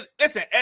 Listen